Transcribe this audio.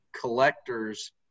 collectors